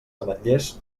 ametllers